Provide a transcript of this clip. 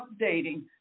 updating